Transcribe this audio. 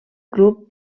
club